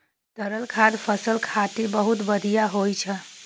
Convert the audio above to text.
तरल खाद फसल खातिर बहुत बढ़िया होइ छै